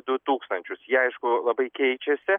du tūkstančius jie aišku labai keičiasi